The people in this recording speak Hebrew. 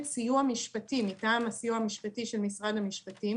סיוע משפטי מטעם הסיוע המשפטי של משרד המשפטים,